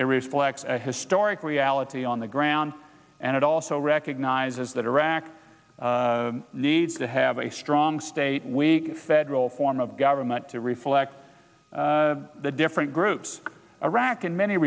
it reflects a historic reality on the ground and it also recognizes that iraq needs to have a strong state weak federal form of government to reflect the different groups arac in many